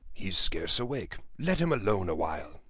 he's scarce awake let him alone awhile.